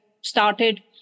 started